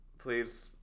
Please